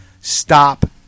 Stop